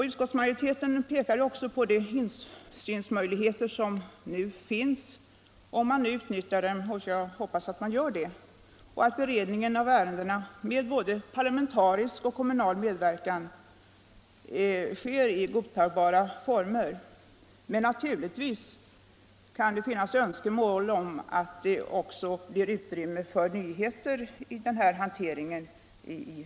Utskottsmajoriteten har enats kring grundförslagen om stöd för en prototypoch demonstrationsverksamhet och en information som också innefattar en uppsökande verksamhet. Jag vill gärna än en gång betona hur viktigt det är att denna del av aktiviteterna fungerar väl.